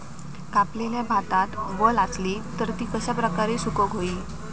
कापलेल्या भातात वल आसली तर ती कश्या प्रकारे सुकौक होई?